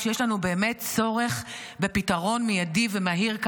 כשיש לנו צורך בפתרון מיידי ומהיר,